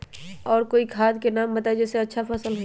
और कोइ खाद के नाम बताई जेसे अच्छा फसल होई?